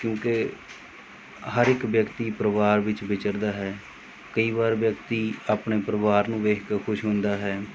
ਕਿਉਂਕਿ ਹਰ ਇੱਕ ਵਿਅਕਤੀ ਪਰਿਵਾਰ ਵਿੱਚ ਵਿਚਰਦਾ ਹੈ ਕਈ ਵਾਰ ਵਿਅਕਤੀ ਆਪਣੇ ਪਰਿਵਾਰ ਨੂੰ ਵੇਖ ਕੇ ਖੁਸ਼ ਹੁੰਦਾ ਹੈ